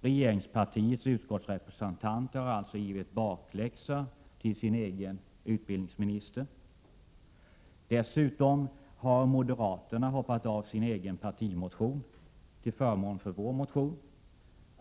Regeringspartiets utskottsrepresentan ter har alltså givit bakläxa till sin egen utbildningsminister. Dessutom har moderaterna hoppat av sin egen partimotion till förmån för vår motion.